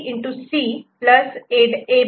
C' Y A'B